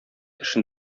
эшен